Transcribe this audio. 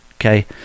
Okay